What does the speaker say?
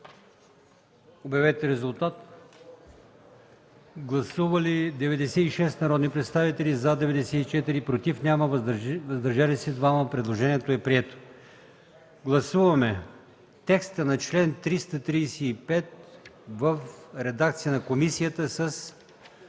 Моля, гласувайте. Гласували 96 народни представители: за 94, против няма, въздържали се 2. Предложението е прието. Гласуваме текста на чл. 335 – в редакция на комисията, с